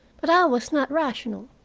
but i was not rational.